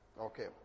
Okay